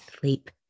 sleep